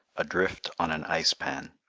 adrift on an ice-pan.